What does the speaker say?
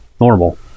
normal